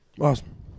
Awesome